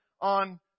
on